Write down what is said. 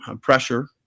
pressure